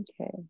Okay